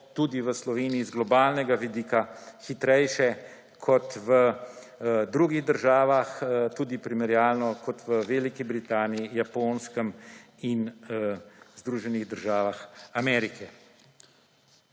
tudi v Sloveniji z globalnega vidika hitrejše kot v drugih državah, tudi primerjalno kot v Veliki Britaniji, Japonski in v Združenih državah Amerike.